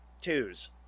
twos